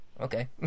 Okay